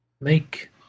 Make